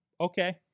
Okay